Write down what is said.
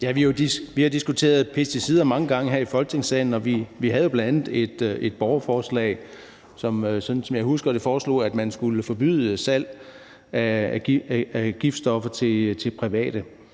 Vi har diskuteret pesticider mange gange her i Folketingssalen. Vi havde jo bl.a. et borgerforslag, hvor man, sådan som jeg husker det, foreslog, at man skulle forbyde salg af giftstoffer til private.